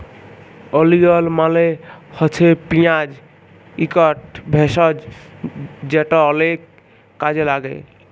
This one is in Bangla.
ওলিয়ল মালে হছে পিয়াঁজ ইকট ভেষজ যেট অলেক কাজে ল্যাগে